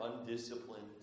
undisciplined